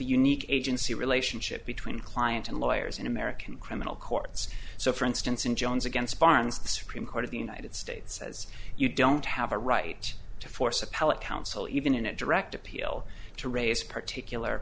unique agency relationship between client and lawyers in american criminal courts so for instance in jones against barnes the supreme court of the united states says you don't have a right to force appellate counsel even in a direct appeal to raise particular